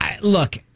look